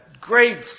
great